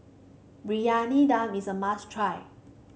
Briyani Dum is a must try